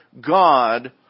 God